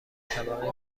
طبقه